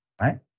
right